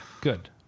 good